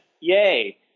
Yay